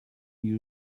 you